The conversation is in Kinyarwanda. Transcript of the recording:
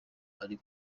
ari